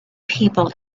people